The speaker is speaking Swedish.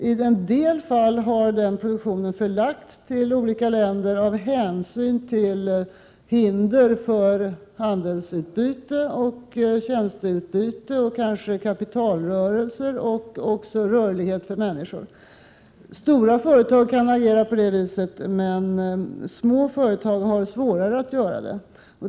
I en del fall har denna produktion förlagts till andra länder av hänsyn till hinder för handelsutbyte och tjänsteutbyte, och kanske kapitalrörelser och även rörlighet för människor. Stora företag kan agera på det viset, men småföretag har svårare att göra det.